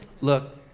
Look